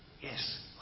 yes